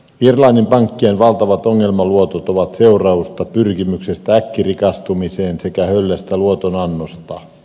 irlannin pankkien valtavat ongelmaluotot ovat seurausta pyrkimyksestä äkkirikastumiseen sekä höllästä luotonannosta